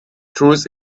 truth